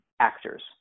actors